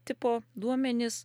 tipo duomenis